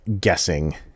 guessing